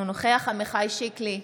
אינו נוכח עמיחי שיקלי,